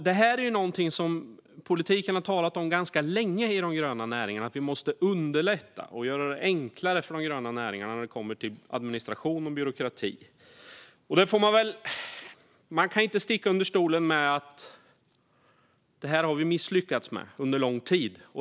Det här är någonting som politiken har talat om ganska länge, alltså att vi måste underlätta för de gröna näringarna när det kommer till administration och byråkrati. Man kan inte sticka under stol med att vi har misslyckats med det här under lång tid.